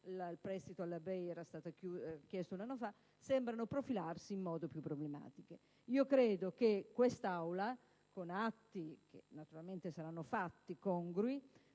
il prestito BEI era stato chiesto un anno fa), in modo più problematico. Io credo che quest'Aula, con atti che naturalmente saranno congrui,